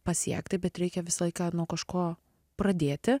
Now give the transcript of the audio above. pasiekti bet reikia visą laiką nuo kažko pradėti